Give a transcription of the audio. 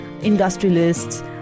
industrialists